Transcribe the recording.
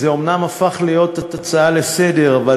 זה אומנם הפך להיות הצעה לסדר-היום,